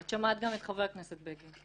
ואת שמעת גם את חבר הכנסת בגין.